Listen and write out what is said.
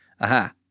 Aha